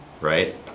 right